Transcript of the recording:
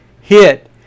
hit